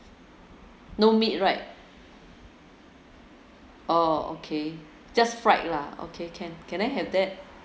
no meat right orh okay just fried lah okay can can I have that